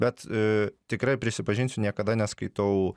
bet a tikrai prisipažinsiu niekada neskaitau